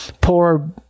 poor